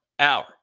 Hour